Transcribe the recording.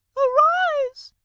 arise,